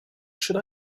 should